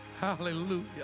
Hallelujah